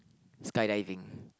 skydiving